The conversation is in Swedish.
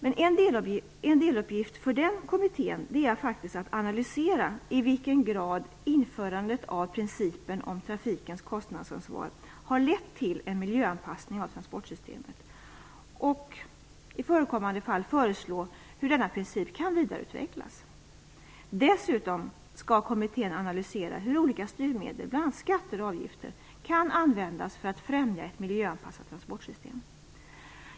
En deluppgift för den kommittén är faktiskt att analysera i vilken grad införandet av principen om trafikens kostnadsansvar har lett till en miljöanpassning av transportsystemet och i förekommande fall föreslå hur denna princip kan vidareutvecklas. Dessutom skall kommittén analysera hur olika styrmedel, bl.a. skatter och avgifter, kan användas för att främja ett miljöanpassat transportsystem.